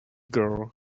girl